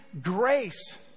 grace